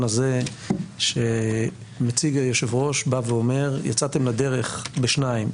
הזה שנציג היושב-ראש בא ואומר: יצאתם לדרך בשניים,